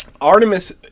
Artemis